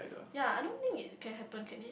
ya I don't think it can happen can it